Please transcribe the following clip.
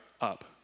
up